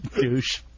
douche